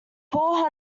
paul